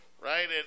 right